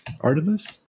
Artemis